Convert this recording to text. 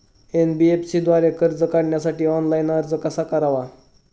NBFC द्वारे कर्ज काढण्यासाठी ऑनलाइन अर्ज कसा करावा?